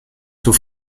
zur